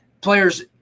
Players